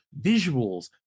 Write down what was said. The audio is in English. visuals